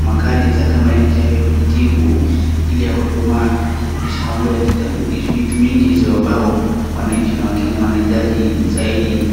makadi za kama NHIF za kujitibu, ile ya huduma, kurudisha mambo ya kitambulisho, vitu mingi hizo ambayo wananchi na wakenya wanahitaji zaidi.